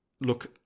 Look